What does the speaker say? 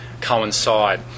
coincide